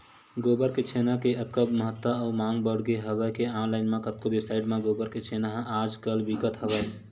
गोबर के छेना के अतका महत्ता अउ मांग बड़गे हवय के ऑनलाइन म कतको वेबसाइड म गोबर के छेना ह आज कल बिकत हवय